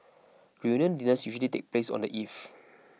reunion dinners usually take place on the eve